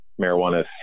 marijuana